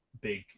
big